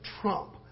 trump